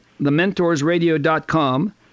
thementorsradio.com